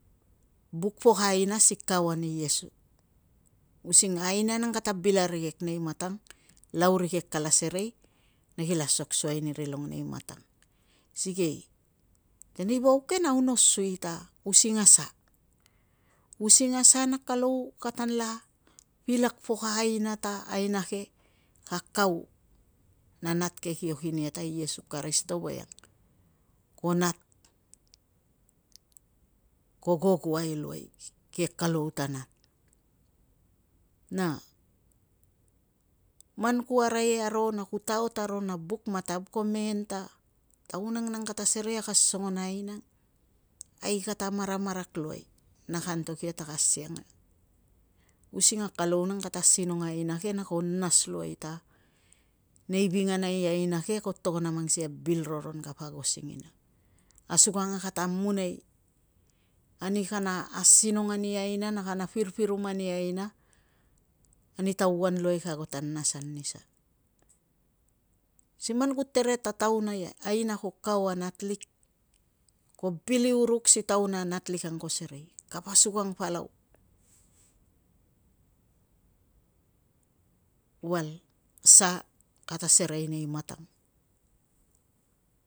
Buk pok a aina si kau ani iesu? Using aina nang kata bil arikek nei matang, lau rikek kala serei na kila asok suai ni rilong nei matang. Sikei tenei vauk ke nau no sui ta using a sa? Using a sa na kalou katanla pilak pok a aina ta aina ke ka kau na nat ke kio kina ia ta iesu karisito voiang, ko nat ko gogoai luai, ke kalou ta nat. Man ku arai aro na ku taot aro na buk matav ko mengen ta taun ang nang kata serei na ka songo na aina ang, ai kata maramarak luai ka kata antok ia ta ka asiang. Using a kalou nang kata asinong a aina ke na ko nas luai ta nei vingana i aina ke ko togon a mang sikei a bil roron kapo ago singina. Asukang a kata amunai ani kana asinong ani aina, pirpirumaiani aina, ani tauan luai ka ago ta nas an ni sa. Siman ku tere ta aina ko kau a natlik, ko bil i uruk si taun a natlik ang ko serei. Asukang palau val sa kata serei nei matang